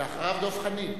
אחריו, דב חנין,